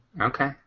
Okay